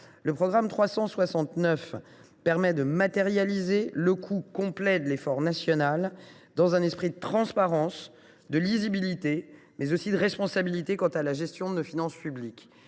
Le programme 369 permet de matérialiser le coût complet de l’effort national, dans un esprit de transparence, de lisibilité et de responsabilité quant à la gestion de nos finances publiques.